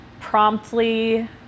promptly